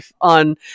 on